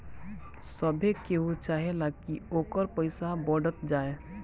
सभे केहू चाहेला की ओकर पईसा बढ़त जाए